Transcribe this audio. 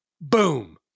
Boom